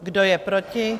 Kdo je proti?